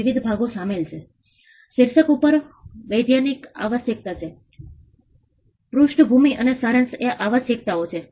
પ્રવેશ રસ્તાઓ ખૂબ જ સાંકડા છે તમે ખાલી કરી શકતા નથી બે લોકો આમાંથી સરળતાથી પસાર થઈ શકતા નથી